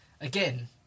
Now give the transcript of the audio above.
again